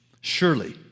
surely